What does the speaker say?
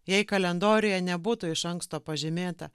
jei kalendoriuje nebūtų iš anksto pažymėta